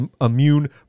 immune